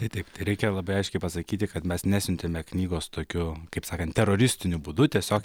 tai taip tai reikia labai aiškiai pasakyti kad mes nesiuntėme knygos tokiu kaip sakant teroristiniu būdu tiesiog